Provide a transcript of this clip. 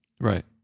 Right